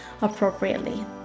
appropriately